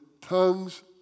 tongues